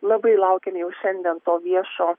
labai laukiame jau šiandien to viešo